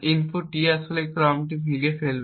input D আসলে এই ক্রমটি ভেঙ্গে ফেলবে